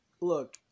look